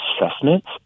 assessments